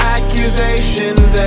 Accusations